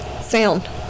sound